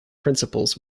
principles